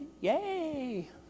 Yay